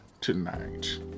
tonight